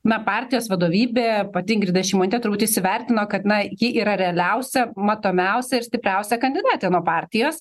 na partijos vadovybė pati ingrida šimonytė turbūt įsivertino kad na ji yra realiausia matomiausia ir stipriausia kandidatė nuo partijos